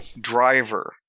driver